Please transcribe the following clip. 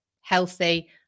healthy